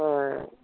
হ্যাঁ